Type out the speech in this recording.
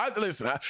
Listen